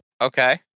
Okay